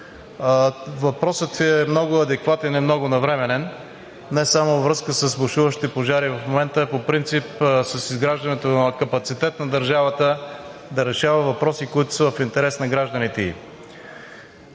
въпросът Ви е много адекватен и много навременен не само във връзка с бошуващи пожари в момента, а по принцип с изграждането на капацитет на държавата да решава въпроси, които са в интерес на гражданите